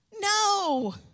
No